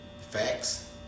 facts